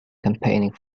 campaigning